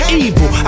evil